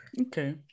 Okay